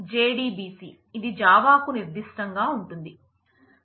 JDBC ఇది Java కు నిర్ధిష్టంగా ఉంటుంది